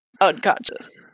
unconscious